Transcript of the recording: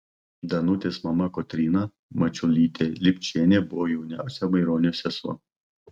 danutės mama kotryna mačiulytė lipčienė buvo jauniausia maironio sesuo